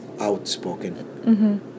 outspoken